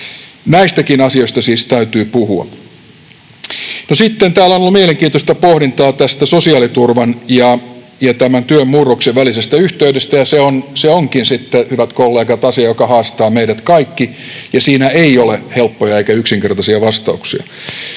Näistäkin asioista siis täytyy puhua. No, sitten täällä on ollut mielenkiintoista pohdintaa sosiaaliturvan ja työn murroksen välisestä yhteydestä, ja se onkin sitten, hyvät kollegat, asia, joka haastaa meidät kaikki, ja siinä ei ole helppoja eikä yksinkertaisia vastauksia.